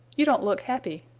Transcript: you don't look happy.